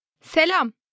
Selam